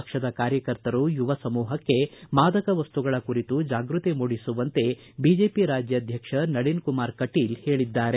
ಪಕ್ಷದ ಕಾರ್ಯಕರ್ತರು ಯುವ ಸಮೂಪಕ್ಷೆ ಮಾದಕ ವಸ್ತುಗಳ ಕುರಿತು ಜಾಗ್ಟತಿ ಮೂಡಿಸುವಂತೆ ಬಿಜೆಪಿ ರಾಜ್ಯಾಧ್ಯಕ್ಷ ನಳಿನ್ಕುಮಾರ್ ಕಟೀಲ್ ಹೇಳಿದ್ದಾರೆ